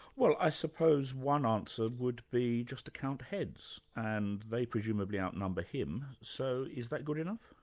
well i suppose one answer would be just to count heads and they presumably outnumber him so is that good enough?